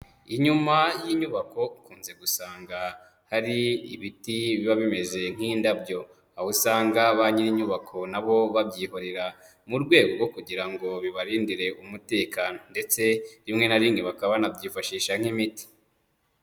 Inyuma y'inyubako ukunze gusanga hari ibiti biba bimeze nk'indabyo, aho usanga ba nyir'inyubako na bo babyihorera, mu rwego rwo kugira ngo bibarindire umutekano ndetse bimwe na bimwe bakaba banabyifashisha nk'imiti.